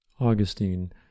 Augustine